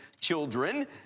children